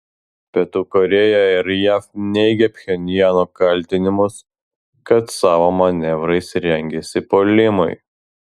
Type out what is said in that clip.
pietų korėja ir jav neigia pchenjano kaltinimus kad savo manevrais rengiasi puolimui